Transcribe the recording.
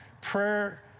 Prayer